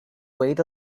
wait